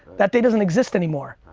that day doesn't exist anymore.